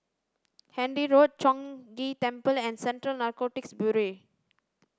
Handy Road Chong Ghee Temple and Central Narcotics Bureau